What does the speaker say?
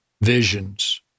visions